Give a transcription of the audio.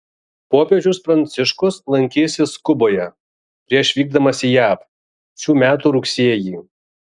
popiežius pranciškus lankysis kuboje prieš vykdamas į jav šių metų rugsėjį